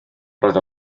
roedd